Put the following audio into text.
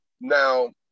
Now